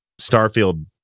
Starfield